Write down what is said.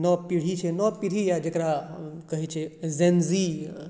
नव पीढ़ी छै नव पीढ़ी या जेकरा कहै छै जेनज़ी